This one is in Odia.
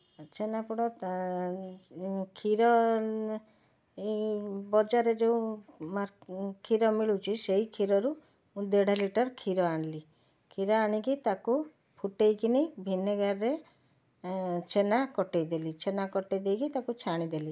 ଛେନାପୋଡ଼ କ୍ଷୀର ଏଇ ବଜାରରେ ଯେଉଁ କ୍ଷୀର ମିଳୁଛି ସେଇ କ୍ଷୀରରୁ ମୁଁ ଦେଢ଼ ଲିଟର୍ କ୍ଷୀର ଆଣିଲି କ୍ଷୀର ଆଣିକି ତାକୁ ଫୁଟାଇକିନି ଭିନେଗାରରେ ଛେନା କଟାଇଦେଲି ଛେନା କଟାଇଦେଇକି ତାକୁ ଛାଣିଦେଲି